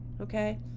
okay